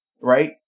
Right